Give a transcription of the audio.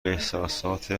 احسسات